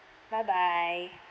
bye bye